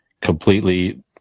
completely